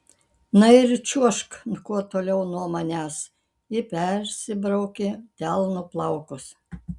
na ir čiuožk kuo toliau nuo manęs ji persibraukė delnu plaukus